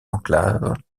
enclaves